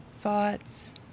thoughts